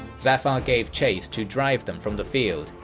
zafar gave chase to drive them from the field,